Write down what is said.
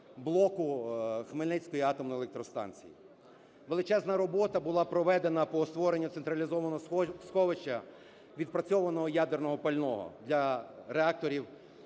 блоку Хмельницької атомної електростанції. Величезна робота була проведена по створенню централізованого сховища відпрацьованого ядерного пального для реакторів